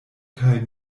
kaj